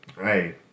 Hey